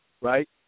right